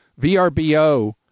VRBO